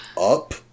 up